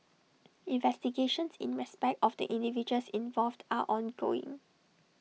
investigations in respect of the individuals involved are ongoing